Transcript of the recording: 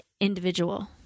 individual